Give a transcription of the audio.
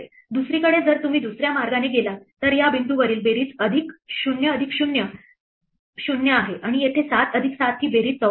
दुसरीकडे जर तुम्ही दुसऱ्या मार्गाने गेलात तर या बिंदूवरील बेरीज 0 अधिक 0 0 आहे आणि येथे 7 अधिक 7 ही बेरीज 14 आहे